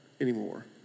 anymore